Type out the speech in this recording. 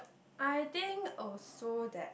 I think also that